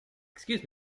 excuse